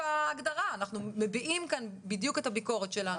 ההגדרה אנחנו מביעים כאן בדיוק את הביקורת שלנו.